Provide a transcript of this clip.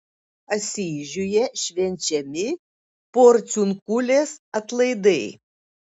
asyžiuje švenčiami porciunkulės atlaidai